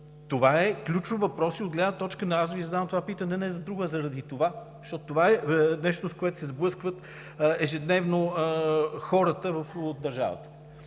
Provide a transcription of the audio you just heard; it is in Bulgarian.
Това е ключов въпрос. Аз Ви задавам това питане не заради друго, а заради това, защото това е нещото, с което се сблъскват ежедневно хората в държавата.